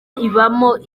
ibamo